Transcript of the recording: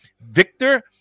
Victor